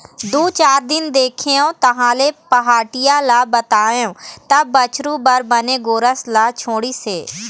दू चार दिन देखेंव तहाँले पहाटिया ल बताएंव तब बछरू बर बने गोरस ल छोड़िस हे